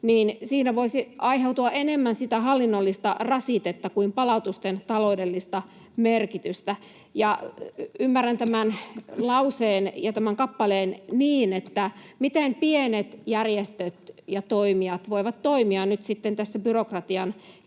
niin siinä voisi aiheutua enemmän sitä hallinnollista rasitetta kuin palautusten taloudellista merkitystä. Ymmärrän tämän lauseen ja tämän kappaleen niin, että miten pienet järjestöt ja toimijat voivat toimia nyt sitten tässä byrokratian kentällä,